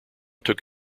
took